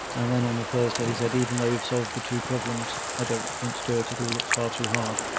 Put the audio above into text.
and then on the thursday he said even though you've solved the two problems i don't want to do it, it all looks far too hard.